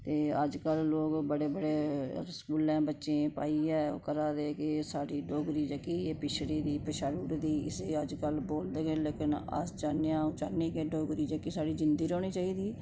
ते अज्ज कल लोग बड़े बड़े स्कूल अपने बच्चें ई पाइयै ओह् करा दे कि साढ़ी डोगरी जेह्की पिछड़ी दी एह् पछाड़ी दी इसी अज्जकल बोलदे गै न लेकिन अस चाह्न्नें आं अ'ऊं चाहन्नीं की डोगरी जेह्की साढ़ी जिन्दी रौह्नी चाहिदी